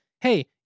hey